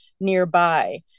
nearby